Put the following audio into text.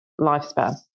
lifespan